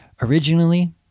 originally